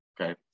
Okay